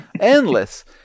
Endless